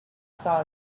saw